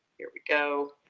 here we go,